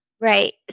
right